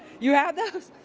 you had those?